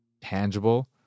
tangible